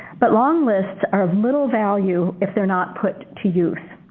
but long lists are of little value if they're not put to use.